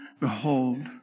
behold